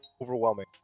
overwhelming